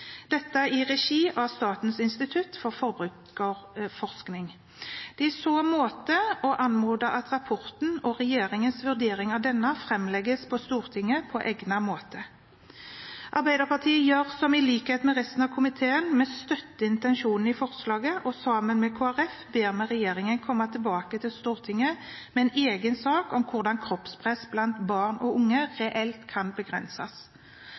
dette i regi av Statens institutt for forbruksforskning. I så måte anmodes det om at rapporten og regjeringens vurdering av denne framlegges for Stortinget på egnet måte. Arbeiderpartiet gjør som resten av komiteen: Vi støtter intensjonen i forslaget, og sammen med Kristelig Folkeparti ber vi regjeringen komme tilbake til Stortinget med en egen sak om hvordan kroppspress blant barn og unge reelt kan begrenses.